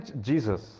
Jesus